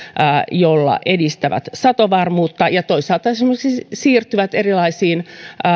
joilla edistävät satovarmuutta ja toisaalta siirtyvät esimerkiksi erilaisiin